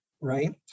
right